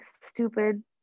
stupid